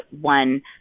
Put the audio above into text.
one